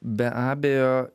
be abejo